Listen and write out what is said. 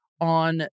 on